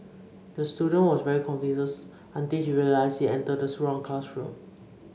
the student was very confused until he realised he entered the wrong classroom